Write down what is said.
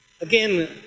Again